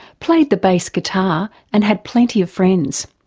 played the bass guitar and had plenty of friends.